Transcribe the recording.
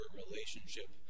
relationship